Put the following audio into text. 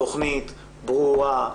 תוכנית ברורה,